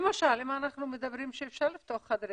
למשל אם אנחנו אומרים שאפשר לפתוח חדרי